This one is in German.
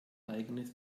eigenes